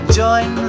join